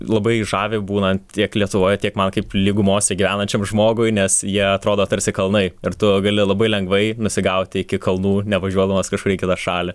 labai žavi būnant tiek lietuvoje tiek man kaip lygumose gyvenančiam žmogui nes jie atrodo tarsi kalnai ir tu gali labai lengvai nusigauti iki kalnų nevažiuodamas kažkur į kitą šalį